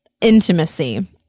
intimacy